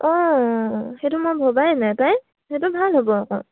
অঁ সেইটো মই ভবাই নে পায় সেইটো ভাল হ'ব আকৌ